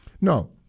No